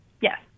Yes